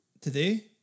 today